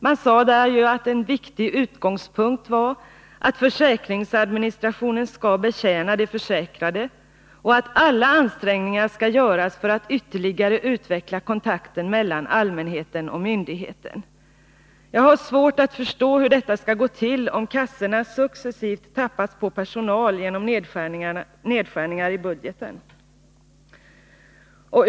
Man sade ju att en viktig utgångspunkt är att försäkringsadministrationen skall betjäna de försäkrade och att alla ansträngningar skall göras för att ytterligare utveckla kontakten mellan allmänheten och myndigheten. Jag har svårt att förstå hur detta skall gå till om kassorna successivt tappas på personal genom nedskärningar i budgeten.